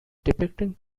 depicting